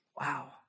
wow